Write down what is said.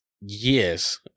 Yes